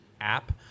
app